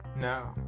No